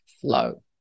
flow